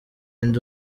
ndi